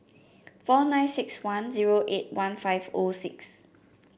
four nine six one zero eight one five O six